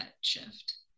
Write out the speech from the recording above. shift